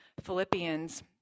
Philippians